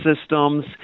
systems